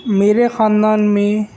میرے خاندان میں